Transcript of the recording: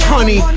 Honey